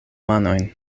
manojn